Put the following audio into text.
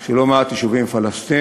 של לא מעט יישובים פלסטיניים.